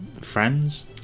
friends